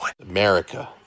America